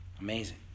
Amazing